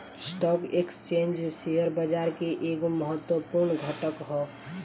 stock exchange share बाजार के एगो महत्वपूर्ण घटक ह